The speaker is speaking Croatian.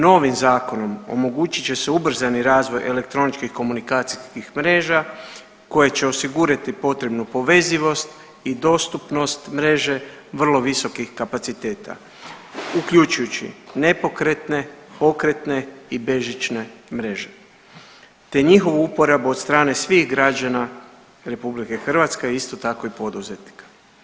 Novim zakonom omogućit će se ubrzani razvoj elektroničkih komunikacijskih mreža koje će osigurati potrebnu povezivost i dostupnost mreže vrlo visokih kapaciteta uključujući nepokretne, pokretne i bežične mreže, te njihovu uporabu od strane svih građana RH, a isto tako i poduzetnika.